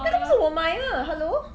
那个不是我买的 hello